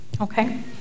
Okay